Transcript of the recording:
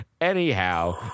anyhow